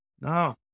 No